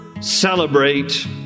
celebrate